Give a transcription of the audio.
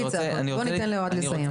בואו ניתן בבקשה לאוהד לסיים.